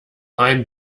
ein